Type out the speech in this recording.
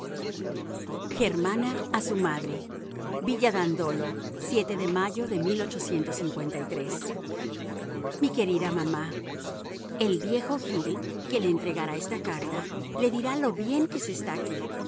germana a su madre villa dandolo mayo mi querida mamá el viejo gil que le entregará esta carta le dirá lo bien que se está aquí